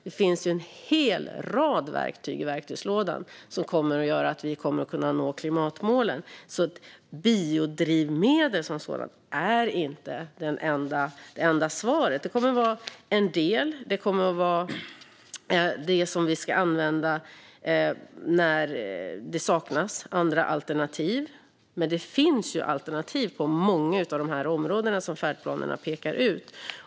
Det finns en hel rad verktyg i verktygslådan som gör att vi kommer att kunna nå klimatmålen. Biodrivmedel som sådant är inte det enda svaret. Det kommer att vara en del och det som vi ska använda när det saknas andra alternativ. Men det finns alternativ på många av de här områdena som färdplanerna pekar ut.